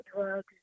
drugs